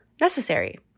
necessary